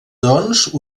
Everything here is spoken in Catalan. doncs